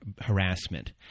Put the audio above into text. harassment